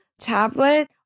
tablet